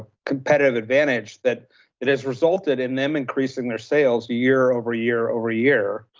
competitive advantage that it has resulted in them increasing their sales year over year over year,